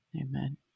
Amen